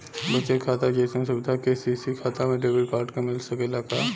बचत खाता जइसन सुविधा के.सी.सी खाता में डेबिट कार्ड के मिल सकेला का?